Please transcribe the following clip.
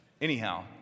Anyhow